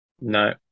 No